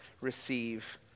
receive